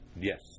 Yes